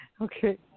okay